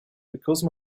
because